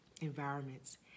environments